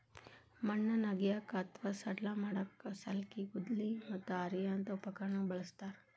ಮಣ್ಣನ್ನ ಅಗಿಯಾಕ ಅತ್ವಾ ಸಡ್ಲ ಮಾಡಾಕ ಸಲ್ಕಿ, ಗುದ್ಲಿ, ಮತ್ತ ಹಾರಿಯಂತ ಉಪಕರಣಗಳನ್ನ ಬಳಸ್ತಾರ